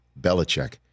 Belichick